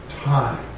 time